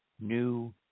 new